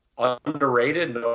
underrated